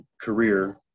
career